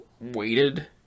waited